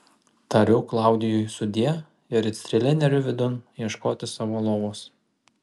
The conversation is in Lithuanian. tariu klaudijui sudie ir it strėlė neriu vidun ieškoti savo lovos